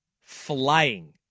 flying